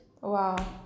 wow